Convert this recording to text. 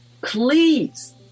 please